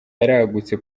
yaragutse